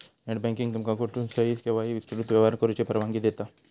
net banking तुमका कुठसूनही, केव्हाही विस्तृत व्यवहार करुची परवानगी देता